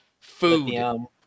food